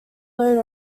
load